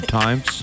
times